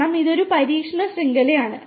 കാരണം ഇതൊരു പരീക്ഷണ ശൃംഖലയാണ്